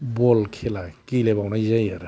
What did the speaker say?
बल खेला गेलेबावनाय जायो आरो